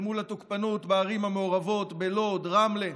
אל מול התוקפנות בערים המעורבות, בלוד, ברמלה,